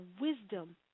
wisdom